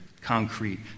concrete